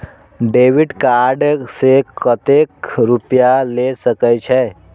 Debit card से कतेक रूपया ले सके छै?